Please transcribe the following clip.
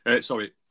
Sorry